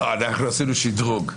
לא, אנחנו עשינו שדרוג.